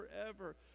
forever